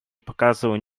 показывало